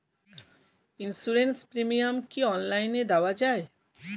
Insurance premium কি online দেওয়া যায়?